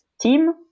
team